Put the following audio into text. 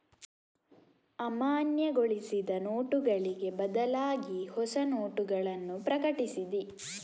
ಅಮಾನ್ಯಗೊಳಿಸಿದ ನೋಟುಗಳಿಗೆ ಬದಲಾಗಿಹೊಸ ನೋಟಗಳನ್ನು ಪ್ರಕಟಿಸಿದೆ